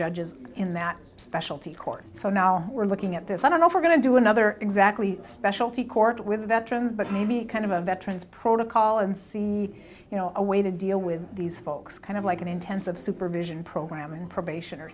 judges in that specialty court so now we're looking at this i don't know if we're going to do another exactly specialty court with veterans but maybe kind of a veterans protocol and see you know a way to deal with these folks kind of like an intensive supervision program and probation or